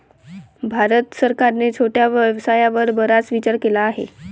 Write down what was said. भारत सरकारने छोट्या व्यवसायावर बराच विचार केला आहे